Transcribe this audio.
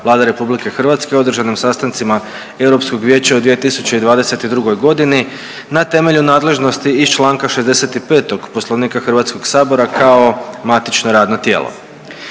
Vlade RH o održanim sastancima Europskog vijeća u 2022. godini na temelju nadležnosti iz Članka 65. Poslovnika Hrvatskog sabora kao matično radno tijelo.